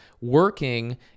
working